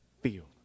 field